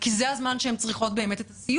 כי זה הזמן שהן צריכות את הסיוע,